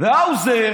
והאוזר